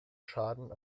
schaden